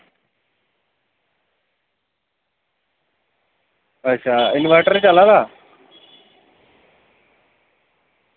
अच्छा इन्वर्टर चला दा